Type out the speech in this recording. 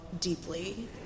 deeply